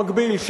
במקביל,